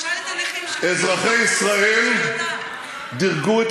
תשאל את הנכים שמפגינים בחוץ, הם מחכים לך.